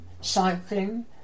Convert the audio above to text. cycling